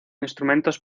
instrumentos